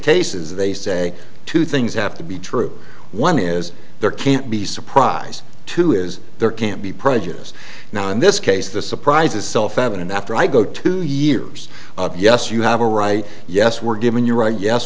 cases they say two things have to be true one is there can't be surprise two is there can't be prejudice now in this case the surprise is self evident after i go two years yes you have a right yes we're given you're right yes